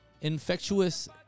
infectious